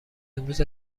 امروز